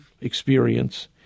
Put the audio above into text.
experience